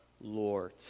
Lord